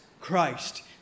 Christ